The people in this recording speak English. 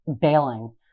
bailing